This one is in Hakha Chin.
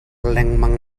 lengmang